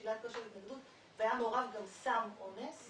לשלילת כושר התנגדות והיה מעורב גדם סם אונס,